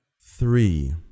Three